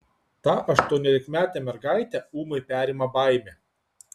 tą aštuoniolikametę mergaitę ūmai perima baimė